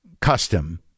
custom